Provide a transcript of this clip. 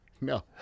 no